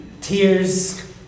tears